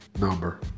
number